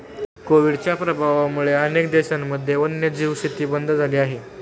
कोविडच्या प्रभावामुळे अनेक देशांमध्ये वन्यजीव शेती बंद झाली आहे